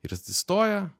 ir atsistoja